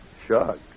Shocked